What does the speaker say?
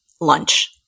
lunch